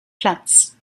platz